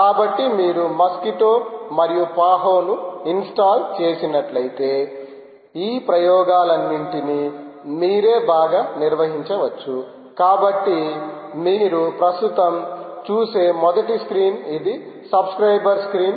కాబట్టి మీరు మస్క్విటో మరియు పహోను ఇన్స్టాల్ చేసినట్లయితే ఈ ప్రయోగాలన్నింటినీ మీరే బాగా నిర్వహించవచ్చు కాబట్టి మీరు ప్రస్తుతం చూసే మొదటి స్క్రీన్ ఇది సబ్స్క్రయిబర్ స్క్రీన్